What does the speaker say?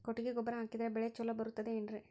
ಕೊಟ್ಟಿಗೆ ಗೊಬ್ಬರ ಹಾಕಿದರೆ ಬೆಳೆ ಚೊಲೊ ಬರುತ್ತದೆ ಏನ್ರಿ?